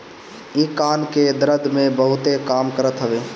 इ कान के दरद में बहुते काम करत हवे